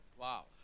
wow